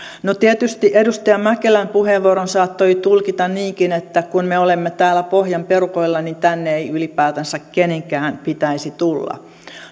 no tietysti edustaja mäkelän puheenvuoron saattoi tulkita niinkin että kun me olemme täällä pohjan perukoilla niin tänne ei ylipäätänsä kenenkään pitäisi tulla